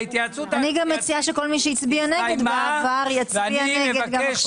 אני גם מציעה שכל מי שהצביע נגד בעבר יצביע נגד גם עכשיו.